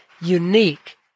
unique